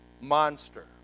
monster